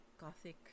gothic